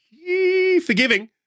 forgiving